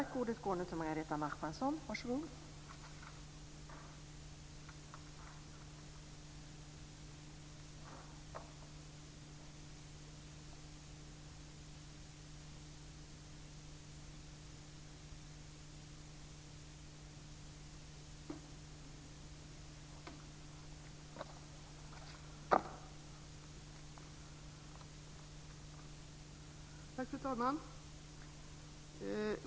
Fru talman!